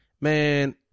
man